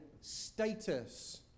status